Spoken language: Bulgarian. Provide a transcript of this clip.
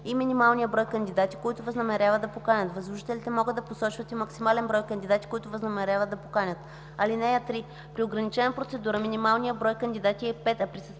и минималния брой кандидати, които възнамеряват да поканят. Възложителите могат да посочват и максимален брой кандидати, които възнамеряват да поканят. (3) При ограничена процедура минималният брой кандидати е 5, а при състезателна